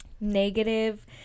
negative